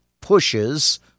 pushes